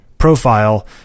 profile